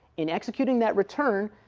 in executing that return,